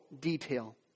detail